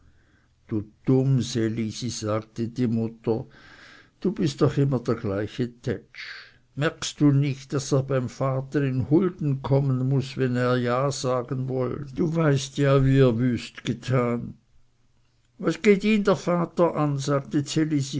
du dumms elisi sagte die mutter du bist doch immer der gleiche tätsch merkst du nicht daß er beim vater in hulden kommen muß wenn er ja sagen soll du weißt ja wie er wüst getan was geht ihn der vater an sagte ds elisi